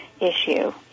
issue